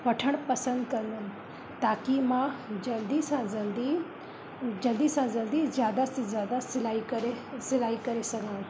वठणु पसंदि कनि ताकी मां जल्दी सां जल्दी जल्दी सां जल्दी ज़्यादा ते ज़्यादा सिलाई करे सिलाई करे सघऊं